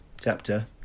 chapter